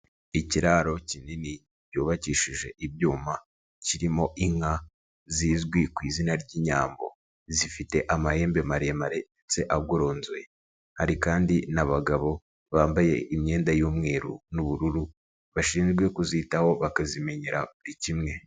Ikiraro kinini cyubakishije ibyuma, kirimo inka zizwi ku izina ry'inyambo, zifite amahembe maremare ndetse agoronzoye, hari kandi n'abagabo bambaye imyenda y'umweru n'ubururu, bashinzwe kuzitaho bakazimenyera buri kimwe.